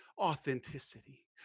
authenticity